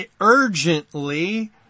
urgently